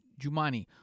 Jumani